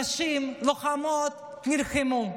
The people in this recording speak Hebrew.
נשים לוחמות, נלחמו,